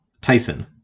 Tyson